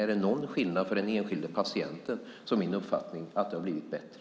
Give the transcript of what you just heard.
Är det någon skillnad för patienten är min uppfattning att det har blivit bättre.